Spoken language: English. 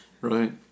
right